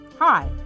Hi